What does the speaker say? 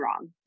wrong